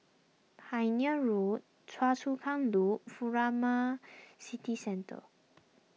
Pioneer Road Choa Chu Kang Loop Furama City Centre